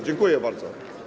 Dziękuję bardzo.